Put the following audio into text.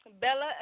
Bella